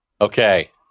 Okay